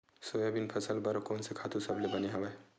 Soybean फसल बर कोन से खातु सबले बने हवय?